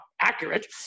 accurate